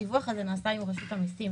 הדיווח הזה נעשה עם רשות המיסים.